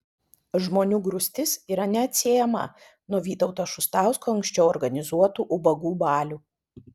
žmonių grūstis yra neatsiejama nuo vytauto šustausko anksčiau organizuotų ubagų balių